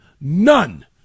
None